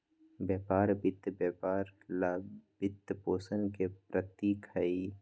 व्यापार वित्त व्यापार ला वित्तपोषण के प्रतीक हई,